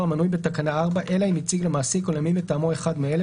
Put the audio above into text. המנוי בתקנה 4 אלא אם כן הציג למעסיק או למי מטעמו אחד מאלה,